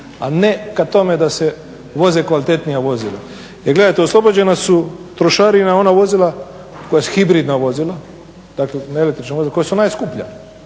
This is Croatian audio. a ne ka tome da se voze kvalitetnija vozila. Jer gledajte oslobođena su trošarina ona vozila koja su hibridna vozila, dakle ne električna vozila, koja su najskuplja,